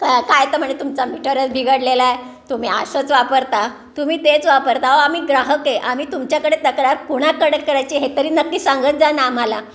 का काय तर म्हणे तुमचा मीटरच बिघडलेला आहे तुम्ही असंच वापरता तुम्ही तेच वापरता अहो आम्ही ग्राहक आहे आम्ही तुमच्याकडे तक्रार कुणाकडे करायची हे तरी नक्की सांगत जा ना आम्हाला